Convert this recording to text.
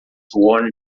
worn